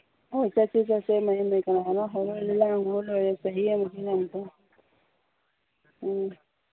ꯍꯣꯏ ꯆꯠꯁꯦ ꯆꯠꯁꯦ ꯃꯍꯩ ꯃꯍꯩ ꯀꯅꯥ ꯀꯅꯥꯅꯣ ꯍꯧꯔꯒ ꯂꯥꯡꯉꯨꯔ ꯂꯣꯏꯔꯦ ꯆꯍꯤ ꯎꯝ